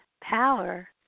power